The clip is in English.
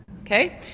Okay